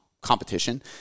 competition